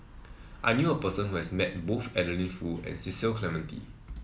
I knew a person who has met both Adeline Foo and Cecil Clementi